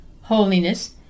Holiness